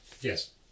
yes